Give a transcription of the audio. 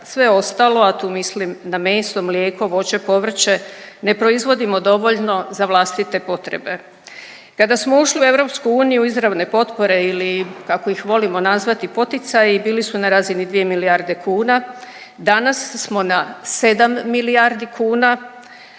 sve ostalo, a tu mislim na meso, mlijeko, voće, povrće, ne proizvodimo dovoljno za vlastite potrebe. Kada smo ušli u EU izravne potpore ili kako ih volimo nazvati, poticaji bili su na razini 2 milijarde kuna, danas smo na 7 milijardi kuna